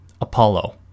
Apollo